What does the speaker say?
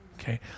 Okay